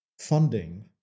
funding